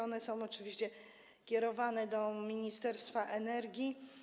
One są oczywiście kierowane do Ministerstwa Energii.